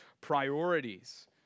priorities